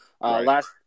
Last